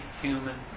human